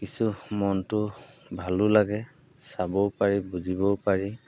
কিছু মনটো ভালো লাগে চাবও পাৰি বুজিবও পাৰি